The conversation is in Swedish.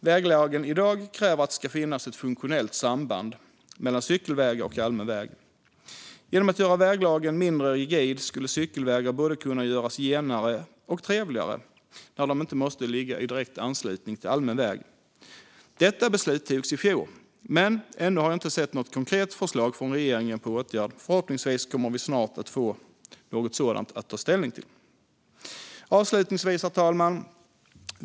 Väglagen kräver i dag att det ska finnas ett funktionellt samband mellan cykelväg och allmän väg. Genom att göra väglagen mindre rigid skulle cykelvägar både kunna göras genare och trevligare när de inte måste ligga i direkt anslutning till allmän väg. Detta beslut togs i fjor, men ännu har jag inte sett något konkret förslag på åtgärd från regeringen. Förhoppningsvis kommer vi snart att få något sådant att ta ställning till. Herr talman!